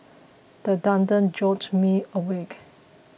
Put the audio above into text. the thunder jolts me awake